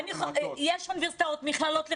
יש אוניברסיטאות, מכללות לחינוך,